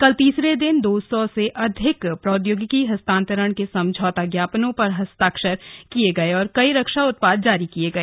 कल तीसरे दिन दो सौ से अधिक प्रौद्योगिकी हस्तांतरण के समझौता ज्ञापनों पर हस्ताक्षर किए गए और कई रक्षा उत्पाद जारी किए गए